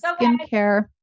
skincare